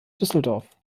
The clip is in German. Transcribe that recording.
düsseldorf